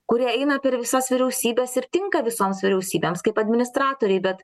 kuri eina per visas vyriausybes ir tinka visoms vyriausybėms kaip administratoriai bet